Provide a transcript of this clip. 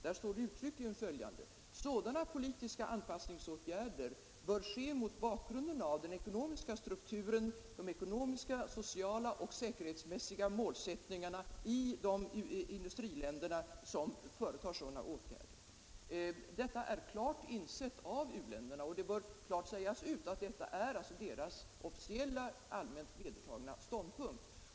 Där står uttryckligen följande: ”Sådana politiska anpassningsåtgärder bör ske mot bakgrunden av den ekonomiska strukturen och med hänsyn till de ekonomiska, sociala och säkerhetsmässiga målsättningarna i de industriländer som företar sådana åtgärder.” Det bör klart sägas ut att detta är u-ländernas officiella, allmänt vedertagna ståndpunkt.